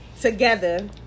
together